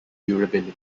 durability